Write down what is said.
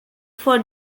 for